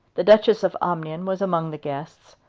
the duchess of omnium was among the guests.